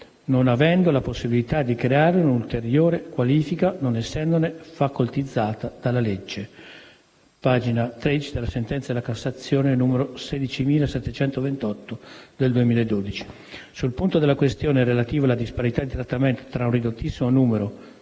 non avendo essa la possibilità di creare una ulteriore qualifica, non essendone facoltizzata dalla legge» (pagina 13 della sentenza della Corte di cassazione n. 16728 del 2012). Sul punto della questione relativo alla disparità di trattamento tra un ridottissimo numero